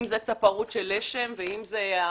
אם זה צפרות של לשם ואם זה האוניברסיטה.